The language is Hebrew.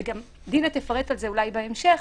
דינה תפרט על זה אולי בהמשך,